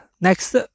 next